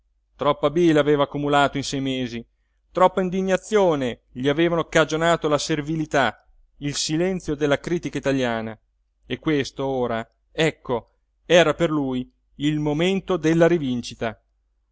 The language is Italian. troppa bile aveva accumulato in sei mesi troppa indignazione gli avevano cagionato la servilità il silenzio della critica italiana e questo ora ecco era per lui il momento della rivincita